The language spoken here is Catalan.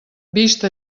vist